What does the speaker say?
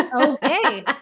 Okay